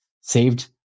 saved